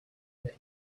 that